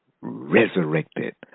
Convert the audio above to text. resurrected